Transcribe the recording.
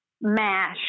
mash